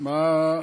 מה?